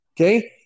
Okay